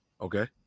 Okay